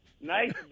Nice